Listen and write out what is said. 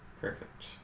Perfect